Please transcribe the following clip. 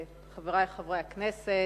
תודה לך, חברי חברי הכנסת,